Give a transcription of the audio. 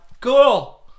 Cool